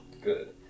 good